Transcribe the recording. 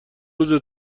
روزه